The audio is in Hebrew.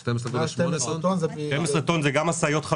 שגם אתם הזכרתם ואפילו אתה היושב-ראש,